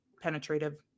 penetrative